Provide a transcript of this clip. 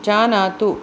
जानातु